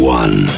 one